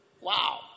Wow